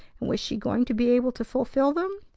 and was she going to be able to fulfil them?